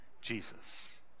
Jesus